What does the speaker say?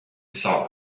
solid